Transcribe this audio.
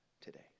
today